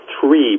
three